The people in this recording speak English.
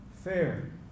Fair